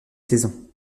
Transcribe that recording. saison